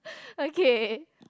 okay